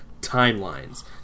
timelines